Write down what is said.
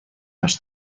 los